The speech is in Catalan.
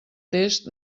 test